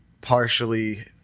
partially